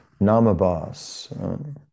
Namabas